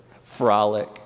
frolic